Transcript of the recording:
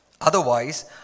Otherwise